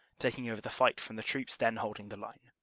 taking over the fight from the troops then holding the line.